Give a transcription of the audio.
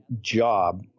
job